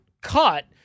cut